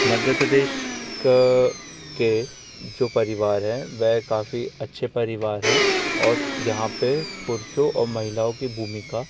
मध्य प्रदेश का के जो परिवार हैं वेह काफ़ी अच्छे परिवार हैं और यहाँ पर पुरुषों और महिलाओं की भूमिका